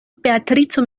beatrico